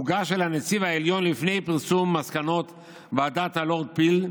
והוגש לנציב העליון לפני פרסום מסקנות ועדת הלורד פיל,